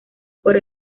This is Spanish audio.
por